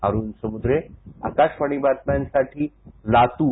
अरूण समुद्रे आकाशवाणी बातम्यांसाठी लातुर